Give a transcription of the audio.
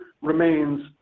remains